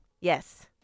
Yes